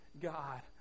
God